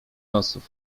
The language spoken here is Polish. losów